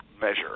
measure